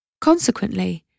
Consequently